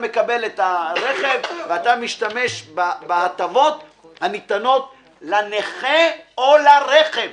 מקבל את הרכב ומשתמש בהטבות הניתנות לנכה או לרכב